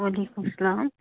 وعلیکُم السَلام